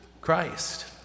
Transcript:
Christ